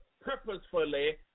purposefully